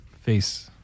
face